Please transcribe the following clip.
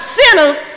sinners